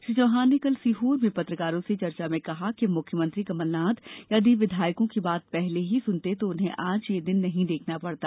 श्री चौहान ने कल सीहोर में पत्रकारों से चर्चा में कहा कि मुख्यमंत्री कमलनाथ यदि विधायकों की बात पहले ही सुनते तो उन्हें आज यह दिन नही देखना पड़ता